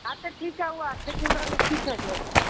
हा त ठीकु आहे उहो अधु किलो लिखी छॾियोसि